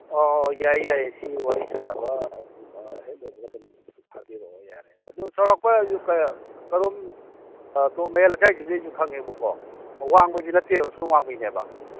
ꯑꯣ ꯌꯥꯏ ꯌꯥꯏ ꯁꯤ ꯋꯥꯔꯤ ꯁꯥꯅꯕ ꯑꯗꯨꯝ ꯍꯦꯛ ꯂꯣꯏꯕꯒ ꯑꯗꯨꯝ ꯊꯥꯕꯤꯔꯛꯑꯣ ꯌꯥꯔꯦ ꯑꯗꯨ ꯆꯧꯔꯥꯛꯄ ꯇꯣꯞ ꯃꯌꯥꯏ ꯂꯩꯀꯥꯏꯁꯤꯕꯨꯗꯤ ꯑꯩꯁꯨ ꯈꯪꯉꯦꯕꯀꯣ ꯋꯥꯡꯕꯗꯤ ꯅꯠꯇꯦꯕ ꯁꯣꯝ ꯋꯥꯡꯃꯩꯅꯦꯕ